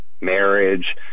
marriage